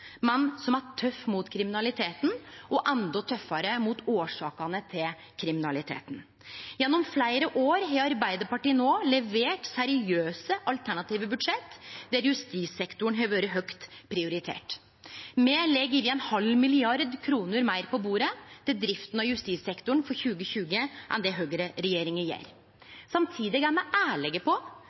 men som er tøff mot kriminaliteten og endå tøffare mot årsakene til kriminaliteten. Gjennom fleire år har Arbeidarpartiet no levert seriøse alternative budsjett der justissektoren har vore høgt prioritert. Me legg over ein halv milliard kroner meir på bordet til drifta av justissektoren for 2020 enn det høgreregjeringa gjer. Samtidig er me ærlege på